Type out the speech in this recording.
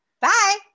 Bye